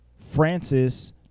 Francis